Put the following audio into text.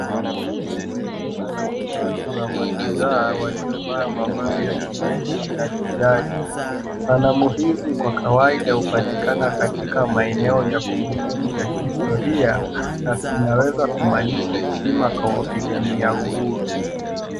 Hizi ni sanamu tatu za mashujaa walio vaa mavazi ya kijeshi na kijali. Sanamu hizi kwa kawaida hupatikana katika maeneo ya kumbukumbu ya kihistoria na zinaweza kumaanisha heshima kwa wapigania uhuru.